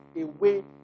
away